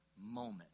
moment